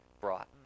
brought